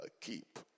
keep